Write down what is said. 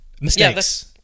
Mistakes